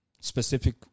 specific –